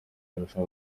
irusha